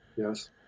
Yes